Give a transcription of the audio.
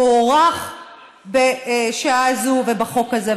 מוארך בשעה זו ובחוק הזה.